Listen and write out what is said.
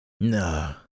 No